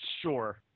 Sure